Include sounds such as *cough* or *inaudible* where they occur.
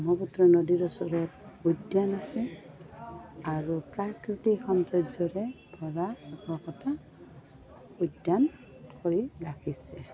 ব্ৰহ্মপুত্ৰ নদীৰ ওচৰত উদ্যান আছে আৰু প্ৰাকৃতিক সৌন্দৰ্যৰে *unintelligible* উদ্যান কৰি ৰাখিছে